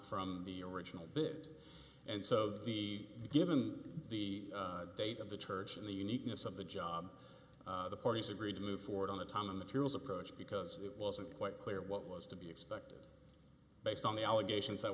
from the original bit and so the given the date of the church and the uniqueness of the job the parties agreed to move forward on the time and the tools approach because it wasn't quite clear what was to be expected based on the allegations that